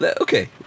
Okay